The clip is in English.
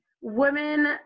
women